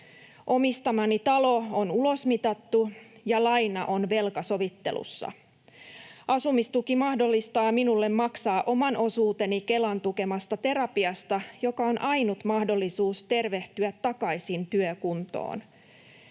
Omistamani talo on ulosmitattu, ja laina on velkasovittelussa. Asumistuki mahdollistaa minulle maksaa oman osuuteni Kelan tukemasta terapiasta, joka on ainut mahdollisuus tervehtyä takaisin työkuntoon.